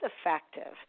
effective